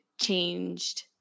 changed